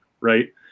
right